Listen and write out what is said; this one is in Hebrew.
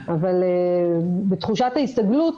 אבל בתחושת ההסתגלות,